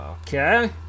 Okay